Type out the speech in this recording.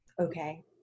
okay